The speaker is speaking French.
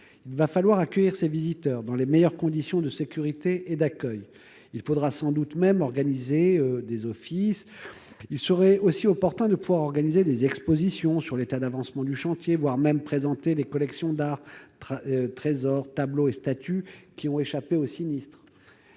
Il va falloir recevoir ces visiteurs dans les meilleures conditions de sécurité et d'accueil. De plus, il faudra sans doute organiser des offices. Il serait également opportun d'organiser des expositions sur l'état d'avancement du chantier, voire de présenter les collections d'art- trésors, tableaux et statues -qui ont échappé au sinistre.